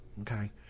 Okay